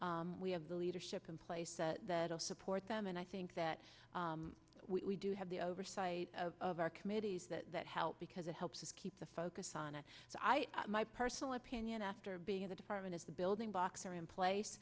it we have the leadership in place that will support them and i think that we do have the oversight of our committees that that help because it helps us keep the focus on a my personal opinion after being in the department as the building blocks are in place